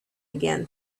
again